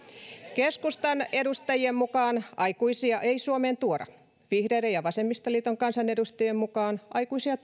keskustan edustajien mukaan aikuisia ei suomeen tuoda vihreiden ja vasemmistoliiton kansanedustajien mukaan aikuisia